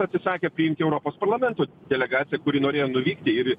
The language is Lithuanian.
atsisakė priimti europos parlamento delegaciją kuri norėjo nuvykti ir į